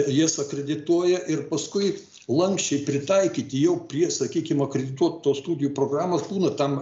jas akredituoja ir paskui lanksčiai pritaikyti jau prie sakykim akredituotos studijų programos būna tam